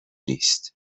نیست